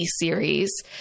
series